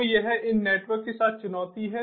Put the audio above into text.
तो यह इन नेटवर्क के साथ चुनौती है